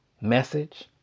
message